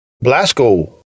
Blasco